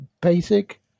basic